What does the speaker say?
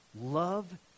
love